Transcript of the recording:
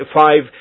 five